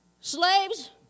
Slaves